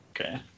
okay